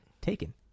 Taken